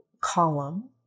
column